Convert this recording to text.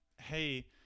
hey